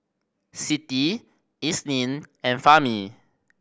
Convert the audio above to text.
Siti Isnin and Fahmi